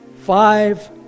Five